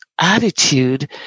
attitude